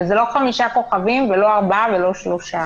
זה לא חמישה כוכבים, זה לא ארבעה וזה לא שלושה.